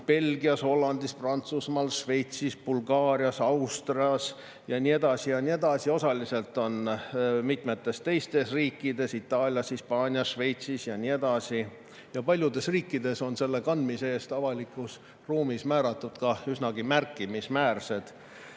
Belgias, Hollandis, Prantsusmaal, Šveitsis, Bulgaarias, Austrias ja nii edasi. Osaliselt [keelustatud] on mitmetes teistes riikides: Itaalias, Hispaanias, Šveitsis ja nii edasi. Paljudes riikides on selle kandmise eest avalikus ruumis määratud ka üsnagi märkimisväärne